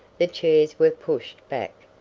the chairs were pushed back,